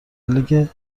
لیگ